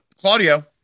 Claudio